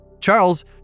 Charles